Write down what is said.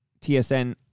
TSN